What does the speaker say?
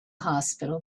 hospital